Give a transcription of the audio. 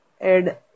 add